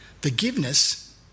Forgiveness